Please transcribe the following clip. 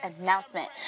announcement